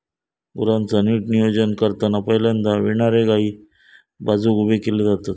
गुरांचा नीट नियोजन करताना पहिल्यांदा विणारे गायी बाजुक उभे केले जातत